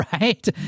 right